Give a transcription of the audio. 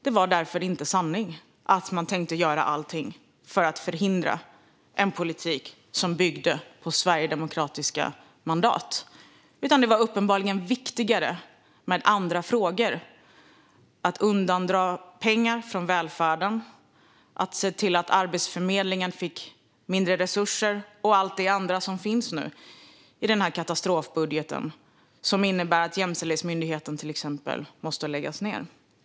Det var därmed inte sanning att man tänkte göra allting för att förhindra en politik som byggde på sverigedemokratiska mandat. Det var uppenbarligen viktigare med andra frågor: att undandra pengar från välfärden, att se till att Arbetsförmedlingen fick mindre resurser och allt det andra som finns i den här katastrofbudgeten, till exempel att Jämställdhetsmyndigheten måste läggas ned.